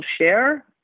share